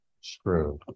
screwed